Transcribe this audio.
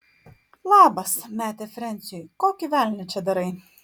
labas metė frensiui kokį velnią čia darai